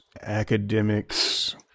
academics